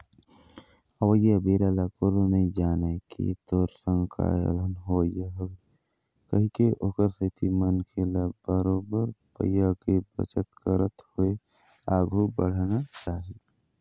अवइया बेरा ल कोनो नइ जानय के तोर संग काय अलहन होवइया हवय कहिके ओखर सेती मनखे ल बरोबर पइया के बचत करत होय आघु बड़हना चाही